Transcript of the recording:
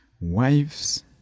wives